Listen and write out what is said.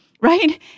right